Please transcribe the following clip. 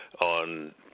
on